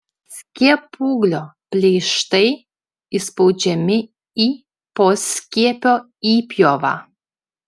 skiepūglio pleištai įspaudžiami į poskiepio įpjovą